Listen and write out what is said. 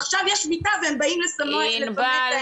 עכשיו יש שביתה והם באים לסמא את העיניים.